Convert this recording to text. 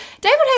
David